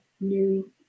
new